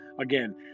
Again